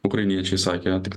ukrainiečiai sakė tik